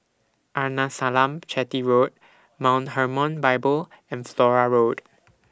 Arnasalam Chetty Road Mount Hermon Bible and Flora Road